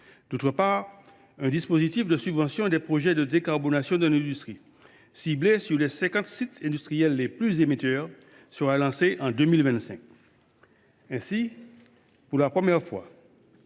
D’autre part, un dispositif de subvention des projets de décarbonation dans l’industrie destiné aux cinquante sites industriels les plus émetteurs sera lancé en 2025. Ainsi, pour la première fois,